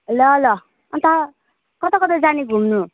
ल ल अन्त कता कता जाने घुम्नु